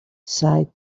sighed